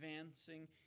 advancing